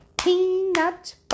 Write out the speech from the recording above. Peanut